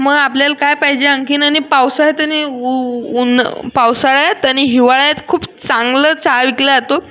मग आपल्याला काय पाहिजे आणखीन आणि पावसाळ्यात आणि उ उन पावसाळ्यात आणि हिवाळ्यात खूप चांगला चहा विकला आतो